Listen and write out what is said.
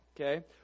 okay